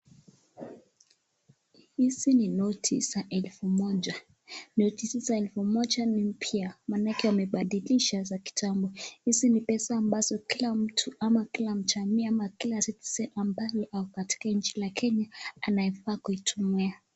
Hizi ni noti za elfu moja. Noti hizi za elfu moja ni mpya manake wamebadilisha za kitambo. Hizi ni pesa ambazo kila mtu, ama kila mjamii, ama kila citizen ambaye ako katika nchi la Kenya anafaa kuitumia.